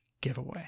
giveaway